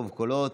ברוב קולות.